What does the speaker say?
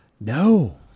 No